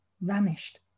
vanished